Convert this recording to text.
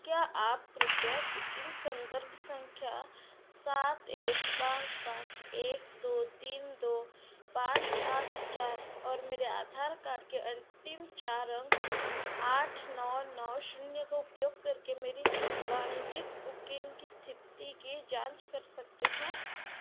क्या आप कृपया बुकिन्ग सन्दर्भ सँख्या सात एक पाँच पाँच एक दो तीन दो पाँच आठ चार और मेरे आधार कार्ड के अन्तिम चार अंक आठ नौ नौ ज़ीरो का उपयोग करके मेरी वाणिज्यिक बुकिन्ग की इस्थिति की जाँच कर सकते हैं